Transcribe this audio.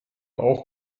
auch